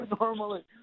normally